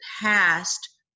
past